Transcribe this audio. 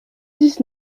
dix